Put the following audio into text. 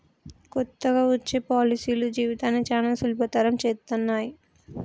కొత్తగా వచ్చే పాలసీలు జీవితాన్ని చానా సులభతరం చేత్తన్నయి